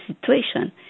situation